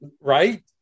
Right